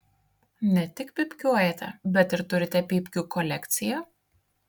ne tik pypkiuojate bet ir turite pypkių kolekciją